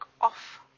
off